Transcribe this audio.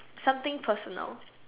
something personal